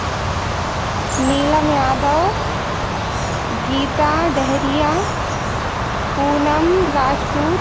Neelam Yadav Geeta Daheria Poonam Rajput